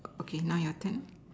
okay now your turn